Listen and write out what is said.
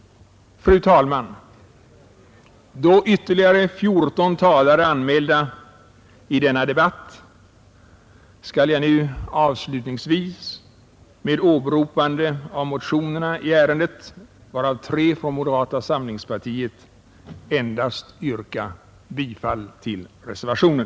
Fru talman! Då ytterligare 14 talare är anmälda i denna debatt skall jag nu avslutningsvis — under åberopande av motionerna i ärendet, varav tre från moderata samlingspartiet — endast yrka bifall till reservationen.